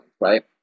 right